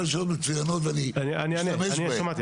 אני שמעתי, אני אענה.